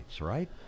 right